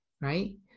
Right